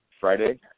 Friday